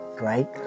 right